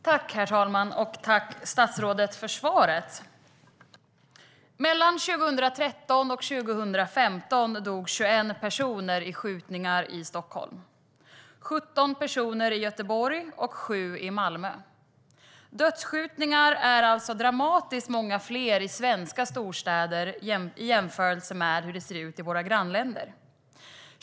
Herr talman! Tack för svaret, statsrådet! Mellan 2013 och 2015 dog 21 personer i skjutningar i Stockholm, 17 personer i Göteborg och 7 i Malmö. Dödsskjutningar är dramatiskt många fler i svenska storstäder i jämförelse med hur det ser ut i våra grannländer.